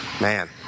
man